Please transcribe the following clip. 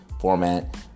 format